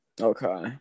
Okay